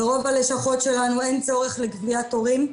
ברוב הלשכות שלנו אין צורך לקביעת תורים,